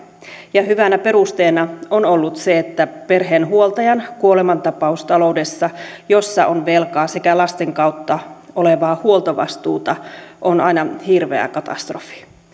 ja hyvänä perusteena on ollut se että perheen huoltajan kuolemantapaus taloudessa jossa on velkaa sekä lasten kautta olevaa huoltovastuuta on aina hirveä katastrofi